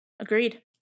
agreed